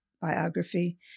biography